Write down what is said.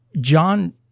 john